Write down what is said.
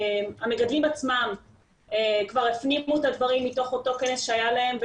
המגדלים עצמם כבר הפנימו את הדברים מתוך אותו כנס שהיה להם,